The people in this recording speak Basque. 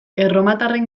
erromatarren